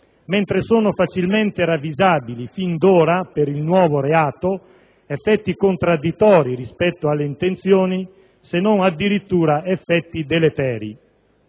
mentre sono facilmente ravvisabili, fin d'ora, per il nuovo reato effetti contraddittori rispetto alle intenzioni, se non addirittura effetti deleteri?